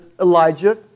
Elijah